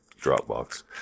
Dropbox